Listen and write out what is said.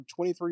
23